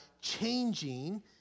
changing